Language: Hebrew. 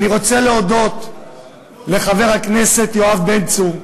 אני רוצה להודות לחבר הכנסת יואב בן צור,